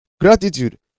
gratitude